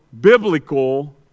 biblical